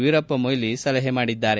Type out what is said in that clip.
ವೀರಪ್ಪಮೊಯ್ಲಿ ಸಲಹೆ ಮಾಡಿದ್ದಾರೆ